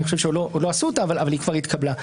אני חושב שעוד לא עשו אותה, אבל היא כבר התקבלה.